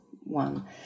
one